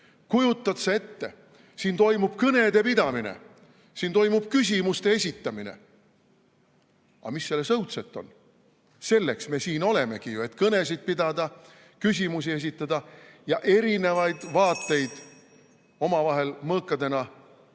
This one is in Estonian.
Kujutad sa ette, siin toimub kõnede pidamine, siin toimub küsimuste esitamine! Aga mis selles õudset on? Selleks me siin olemegi ju, et kõnesid pidada, küsimusi esitada ja erinevaid vaateid omavahel mõõkadena ristata.